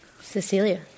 Cecilia